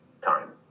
time